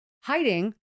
hiding